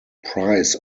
price